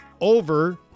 over